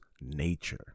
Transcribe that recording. nature